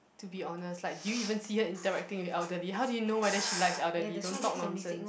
to be honest like do you even see her interacting with elderly how do you know whether she likes elderly don't talk nonsense